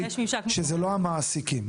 שזה לא המעסיקים,